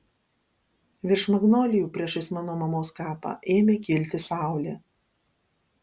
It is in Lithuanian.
virš magnolijų priešais mano mamos kapą ėmė kilti saulė